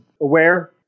aware